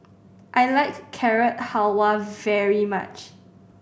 I like Carrot Halwa very much